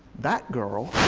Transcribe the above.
that girl,